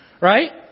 Right